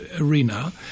arena